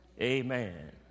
Amen